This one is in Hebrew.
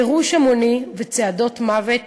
בגירוש המוני ובצעדות מוות